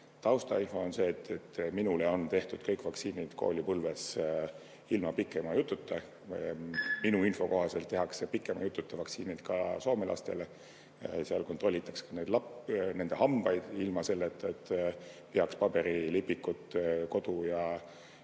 Taustainfo on see, et minule on tehtud kõik vaktsiinid koolipõlves ilma pikema jututa. Minu info kohaselt tehakse pikema jututa vaktsiinid ka Soome lastele. Seal kontrollitakse ka nende hambaid ilma selleta, et peaks paberilipikuid kodu ja